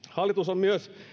hallitus on myös